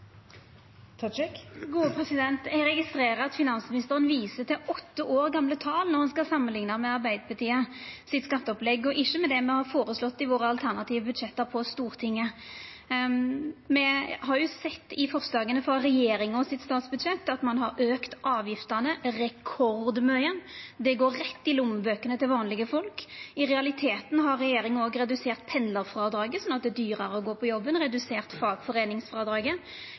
Eg registrerer at finansministeren viser til åtte år gamle tal når han skal samanlikna med Arbeidarpartiets skatteopplegg, og ikkje det me har føreslått i våre alternative budsjett på Stortinget. Me har sett i forslaga til regjeringas statsbudsjett at ein har auka avgiftene rekordmykje. Det går rett i lommebøkene til vanlege folk. I realiteten har regjeringa redusert pendlarfrådraget, slik at det vert dyrare å gå på jobben, og redusert fagforeiningsfrådraget,